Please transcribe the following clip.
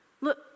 look